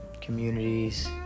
communities